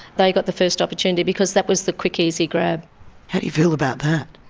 they got the first opportunity because that was the quick, easy grab. how do you feel about that?